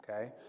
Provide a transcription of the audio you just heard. Okay